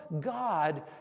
God